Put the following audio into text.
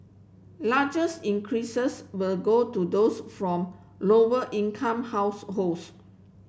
larger increases will go to those from lower income households